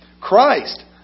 Christ